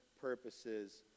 purposes